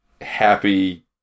happy